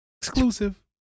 exclusive